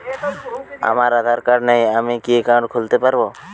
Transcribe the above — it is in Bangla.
আমার আধার কার্ড নেই আমি কি একাউন্ট খুলতে পারব?